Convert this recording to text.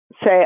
Say